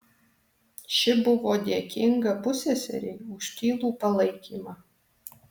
ši buvo dėkinga pusseserei už tylų palaikymą